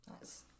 Nice